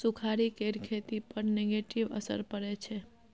सुखाड़ि केर खेती पर नेगेटिव असर परय छै